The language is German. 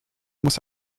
muss